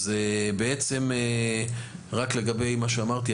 רק לגבי מה שאמרתי,